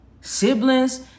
siblings